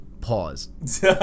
Pause